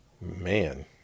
man